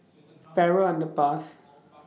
Farrer Underpass